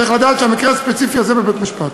צריך לדעת שהמקרה הספציפי הזה בבית-משפט.